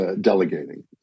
delegating